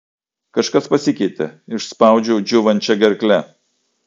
kažkas pasikeitė išspaudžiau džiūvančia gerkle